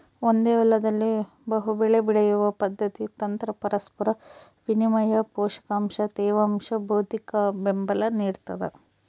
ಒಂದೇ ಹೊಲದಲ್ಲಿ ಬಹುಬೆಳೆ ಬೆಳೆಯುವ ಪದ್ಧತಿ ತಂತ್ರ ಪರಸ್ಪರ ವಿನಿಮಯ ಪೋಷಕಾಂಶ ತೇವಾಂಶ ಭೌತಿಕಬೆಂಬಲ ನಿಡ್ತದ